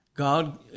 God